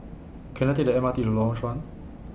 Can I Take The M R T to Lorong Chuan